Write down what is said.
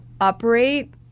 operate